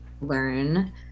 learn